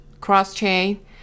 Cross-chain